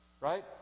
right